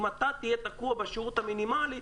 אם אתה תהיה תקוע בשירות המינימלי,